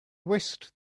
whisked